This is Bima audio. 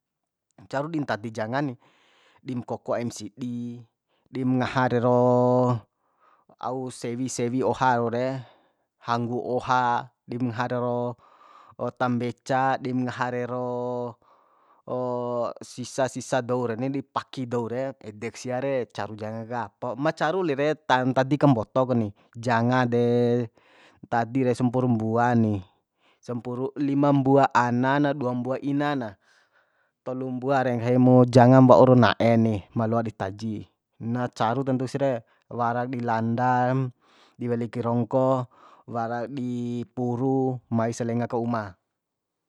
Caru di ntadi janga ni dim koko aim sidi dim ngaha rero au sewi sewi oha rore hanggu oha dimngaha rero tambeca dim ngaha rero sisa sisa dou reni di paki dou re edek sia re caru janga ka ma caru li de ntadi kamboto ku ni janga de ntadi re sampuru mbua ni sampuru lima mbua ana na dua mbua ina na tolu mbua re nggahi mu jangam waur na'e ni ma loa di taji na caru tantu si re warak di landa di weli kai rongko warak di puru mais lenga ka uma